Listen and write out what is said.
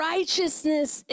Righteousness